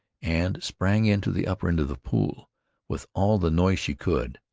and sprang into the upper end of the pool with all the noise she could.